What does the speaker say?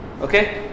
Okay